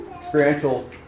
experiential